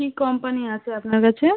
কী company আছে আপনার কাছে